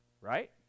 right